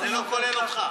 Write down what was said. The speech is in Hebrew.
זה לא כולל אותך.